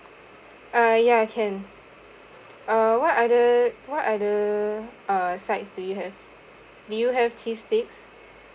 ah ya can uh what are the what are the uh sides do you have do you have cheese sticks